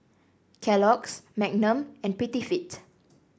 Kellogg's Magnum and Prettyfit